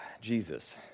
Jesus